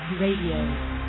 Radio